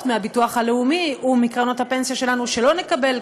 מהביטוח הלאומי ומקרנות הפנסיה שלנו שלא נקבל,